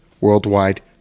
worldwide